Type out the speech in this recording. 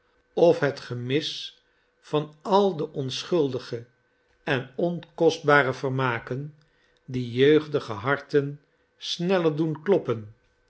of het gemis van al de onschuldige en onkostbare vermaken die jeugdige harten sneller doen kloppe'n